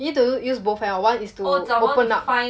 you need to use both hand one is to open up